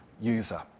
user